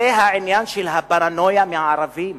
זה העניין של הפרנויה מהערבים,